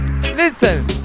listen